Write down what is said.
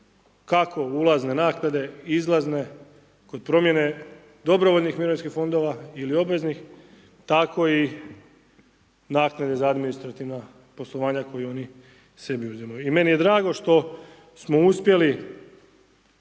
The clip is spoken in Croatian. kako ulazne naknade, izlazne, kod promjene dobrovoljnih mirovinskih fondova ili obveznih tako i naknade za administrativna poslovanja koji oni sebi uzimaju. I meni je drago što smo uspjeli